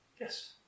yes